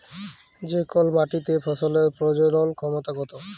যে কল মাটিতে ফসলের প্রজলল ক্ষমতা কত